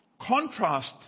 Contrast